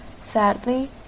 Sadly